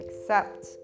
accept